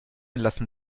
lassen